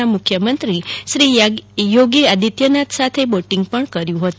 ના મુખ્યમંત્રી યોગી આદિત્યનાથ સાથે બોટિંગ પણ કર્યું હતું